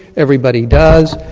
everybody does.